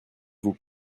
vous